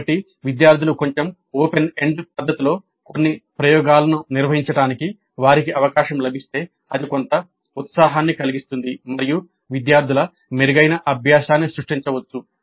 కాబట్టి విద్యార్థులు కొంచెం ఓపెన్ ఎండ్ పద్ధతిలో కొన్ని ప్రయోగాలను నిర్వహించడానికి వారికి అవకాశం లభిస్తే అది కొంత ఉత్సాహాన్ని కలిగిస్తుంది మరియు విద్యార్థుల మెరుగైన అభ్యాసాన్ని సృష్టించవచ్చు